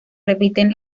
repiten